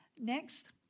Next